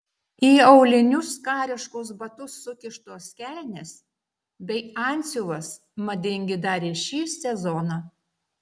į aulinius kariškus batus sukištos kelnės bei antsiuvas madingi dar ir šį sezoną